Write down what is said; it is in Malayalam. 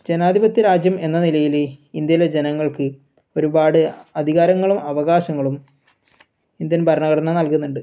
ജനാധിപത്യ രാജ്യം എന്ന നിലയിൽ ഇന്ത്യയിലെ ജനങ്ങൾക്ക് ഒരുപാട് അധികാരങ്ങളും അവകാശങ്ങളും ഇന്ത്യൻ ഭരണഘടന നൽകുന്നുണ്ട്